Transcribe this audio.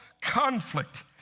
conflict